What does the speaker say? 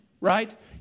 right